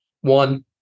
One